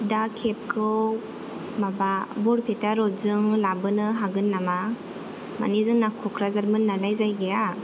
दा केबखौ माबा बरपेटा रड जों लाबोनो हागोन नामा माने जोंना कक्राझारमोन नालाय जायगाया